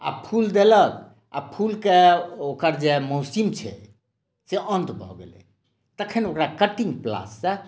आ फूल देलक आ फूलके ओकर जे मौसम छै से अन्त भऽ गेलै तखन ओकरा कटिङ्ग पिलाससँ